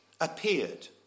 appeared